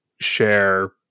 share